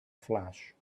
flash